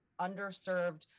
underserved